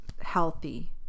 healthy